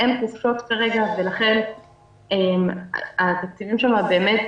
אין חופשות כרגע ולכן התקציבים שם באמת